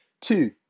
two